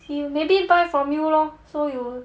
see maybe buy from you lor so you